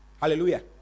Hallelujah